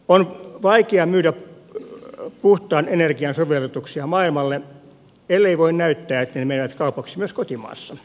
on vaikea myydä puhtaan energian sovellutuksia maailmalle ellei voi näyttää että ne menevät kaupaksi kotimaassa